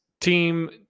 team